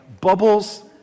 bubbles